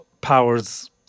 powers